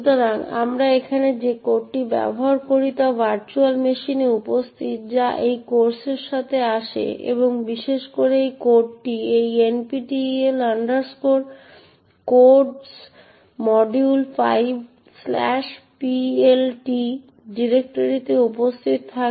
সুতরাং আমরা এখানে যে কোডটি ব্যবহার করি তা ভার্চুয়াল মেশিনে উপস্থিত যা এই কোর্সের সাথে আসে এবং বিশেষ করে এই কোডটি এই nptel codesmodule5plt ডিরেক্টরিতে উপস্থিত থাকে